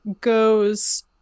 goes